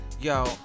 Yo